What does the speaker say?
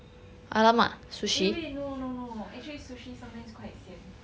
eh wait no no no actually sushi sometimes quite sian